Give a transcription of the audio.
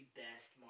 best